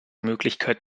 möglichkeit